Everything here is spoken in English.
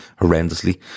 horrendously